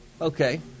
Okay